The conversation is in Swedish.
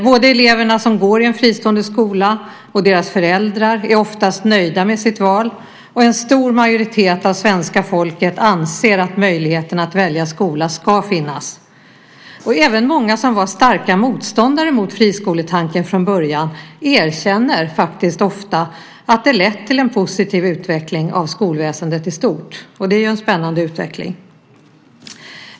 Både de elever som går i en fristående skola och deras föräldrar är oftast nöjda med sitt val, och en stor majoritet av svenska folket anser att möjligheten att välja skola ska finnas. Även många som var starka motståndare mot friskoletanken från början erkänner faktiskt ofta att friskolorna lett till en positiv utveckling av skolväsendet i stort, och det är ju en spännande utveckling.